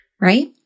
right